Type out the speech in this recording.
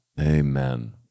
Amen